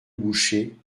boucher